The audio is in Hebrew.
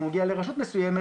אם הוא מגיע לרשות מסוימת,